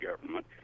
government